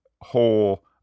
whole